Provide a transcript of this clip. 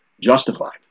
justified